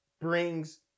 brings